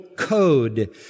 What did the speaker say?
code